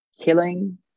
killing